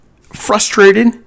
frustrated